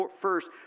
first